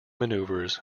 maneuvers